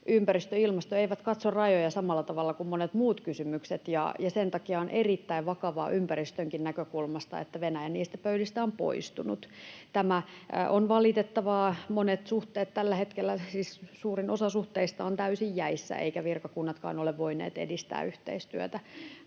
ympäristö ja ilmasto eivät katso rajoja samalla tavalla kuin monet muut kysymykset, ja sen takia on erittäin vakavaa ympäristönkin näkökulmasta, että Venäjä niistä pöydistä on poistunut. Tämä on valitettavaa. Monet suhteet tällä hetkellä, siis suurin osa suhteista on täysin jäissä, eivätkä virkakunnatkaan ole voineet edistää yhteistyötä.